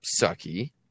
sucky